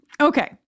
Okay